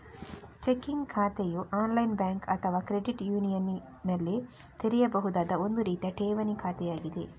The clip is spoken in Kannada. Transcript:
ಚೆಕ್ಕಿಂಗ್ ಖಾತೆಯು ಆನ್ಲೈನ್ ಬ್ಯಾಂಕ್ ಅಥವಾ ಕ್ರೆಡಿಟ್ ಯೂನಿಯನಿನಲ್ಲಿ ತೆರೆಯಬಹುದಾದ ಒಂದು ರೀತಿಯ ಠೇವಣಿ ಖಾತೆಯಾಗಿದೆ